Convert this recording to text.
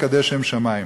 מקדש שם שמים.